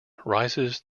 rises